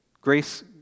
grace